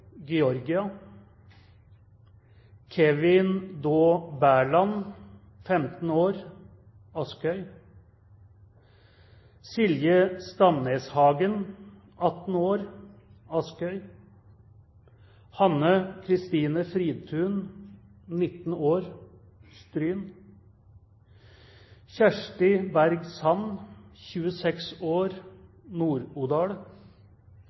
Georgia Kevin Daae Berland, 15 år, Askøy Silje Stamneshagen, 18 år, Askøy Hanne Kristine Fridtun, 19 år, Stryn Kjersti Berg Sand, 26